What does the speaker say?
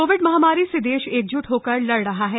Covid महामारी से देश एकजुट होकर लड़ रहा है